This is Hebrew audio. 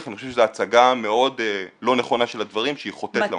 אני חושב שזו הצגה מאוד לא נכונה של הדברים שהיא חוטאת לנושא.